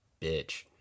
bitch